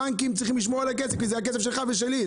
הבנקים צריכים לשמור על הכסף כי זה הכסף שלך ושלי.